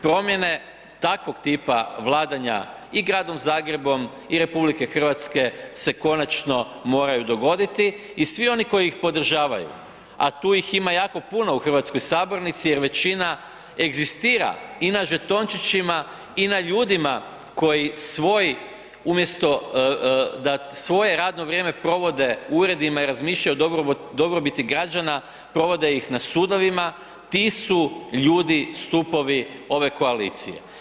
Promjene takvog tipa vladanja i Gradom Zagrebom i RH se konačno moraju dogoditi i svi oni koji ih podržavaju, a tu ih ima jako puno u hrvatskoj sabornici jer većina egzistira i na žetončićima i na ljudima koji svoj, umjesto da svoje radno vrijeme provode u uredima i razmišljaju o dobrobiti građana, provode ih sudovima, ti su ljudi stupovi ove koalicije.